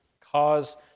cause